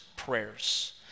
prayers